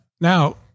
Now